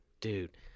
Dude